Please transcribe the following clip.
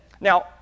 Now